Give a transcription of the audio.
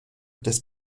des